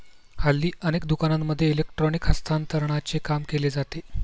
हल्ली अनेक दुकानांमध्ये इलेक्ट्रॉनिक हस्तांतरणाचे काम केले जाते